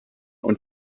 und